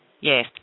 yes